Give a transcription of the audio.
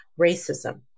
racism